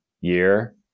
year